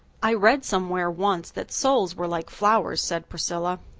i read somewhere once that souls were like flowers, said priscilla.